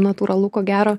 natūralu ko gero